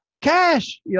Cash